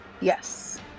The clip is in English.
Yes